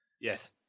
Yes